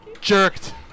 jerked